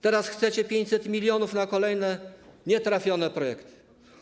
Teraz chcecie 500 mln na kolejne nietrafione projekty.